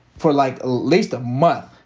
for like least a month,